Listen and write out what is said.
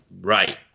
Right